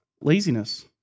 Laziness